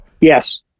Yes